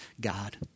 God